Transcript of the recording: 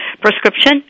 Prescription